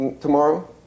tomorrow